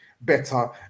better